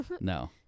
No